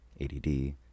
ADD